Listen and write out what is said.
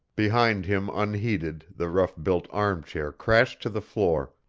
behind him unheeded the rough-built arm-chair crashed to the floor.